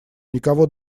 никого